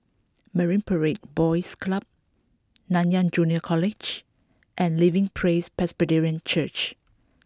Marine Parade Boys Club Nanyang Junior College and Living Praise Presbyterian Church